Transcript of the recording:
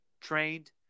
trained